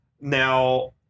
Now